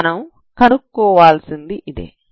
మనం కనుక్కోవాల్సింది ఇదే